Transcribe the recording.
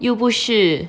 又不是